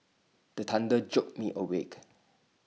the thunder jolt me awake